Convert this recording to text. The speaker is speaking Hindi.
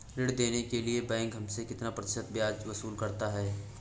ऋण देने के लिए बैंक हमसे कितना प्रतिशत ब्याज वसूल करता है?